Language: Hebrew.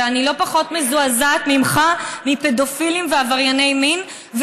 ואני לא פחות מזועזעת ממך מפדופילים ועברייני מין,